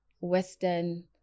western